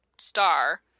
star